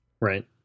Right